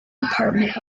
department